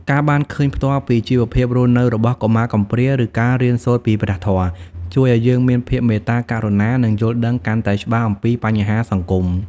ការបានឃើញផ្ទាល់ពីជីវភាពរស់នៅរបស់កុមារកំព្រា ឬការរៀនសូត្រពីព្រះធម៌ ជួយឱ្យយើងមានភាពមេត្តាករុណា និងយល់ដឹងកាន់តែច្បាស់អំពីបញ្ហាសង្គម។